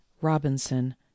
Robinson